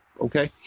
Okay